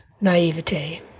naivete